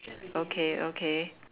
okay okay